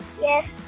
Yes